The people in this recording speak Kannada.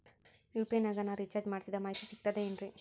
ಯು.ಪಿ.ಐ ನಾಗ ನಾ ರಿಚಾರ್ಜ್ ಮಾಡಿಸಿದ ಮಾಹಿತಿ ಸಿಕ್ತದೆ ಏನ್ರಿ?